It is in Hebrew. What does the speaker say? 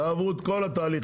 תעברו את כל התהליך,